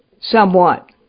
Somewhat